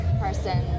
person